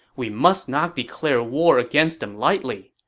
we must not declare war against them lightly.